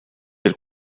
del